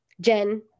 Jen